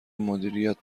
مدیریت